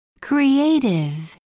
Creative